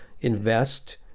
invest